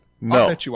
No